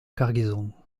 cargaison